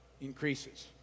increases